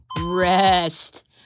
Rest